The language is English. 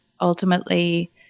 ultimately